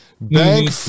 Bank